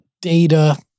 data